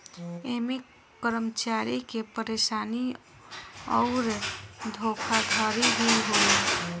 ऐमे कर्मचारी के परेशानी अउर धोखाधड़ी भी होला